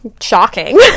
shocking